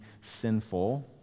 sinful